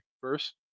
first